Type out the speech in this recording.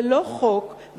ולא חוק,